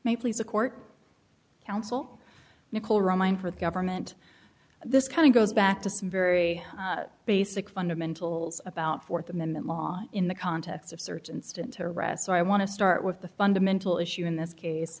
may please the court counsel nicole roman for the government this kind of goes back to some very basic fundamentals about fourth amendment law in the context of search instant arrest so i want to start with the fundamental issue in this case